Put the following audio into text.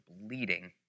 bleeding